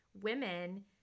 women